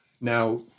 Now